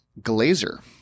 Glazer